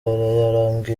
yari